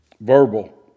verbal